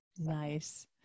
Nice